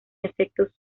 efectos